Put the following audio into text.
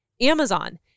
Amazon